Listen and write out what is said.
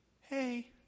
Hey